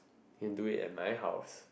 can do it at my house